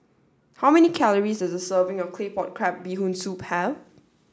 how many calories does a serving of Claypot Crab Bee Hoon Soup have